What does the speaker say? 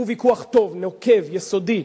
הוא ויכוח טוב, נוקב, יסודי.